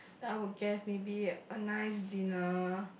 I would guess maybe a nice dinner